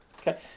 okay